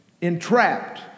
entrapped